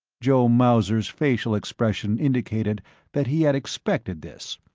joe mauser's facial expression indicated that he had expected this.